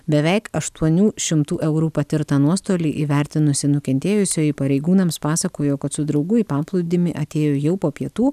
beveik aštuonių šimtų eurų patirtą nuostolį įvertinusi nukentėjusioji pareigūnams pasakojo kad su draugu į paplūdimį atėjo jau po pietų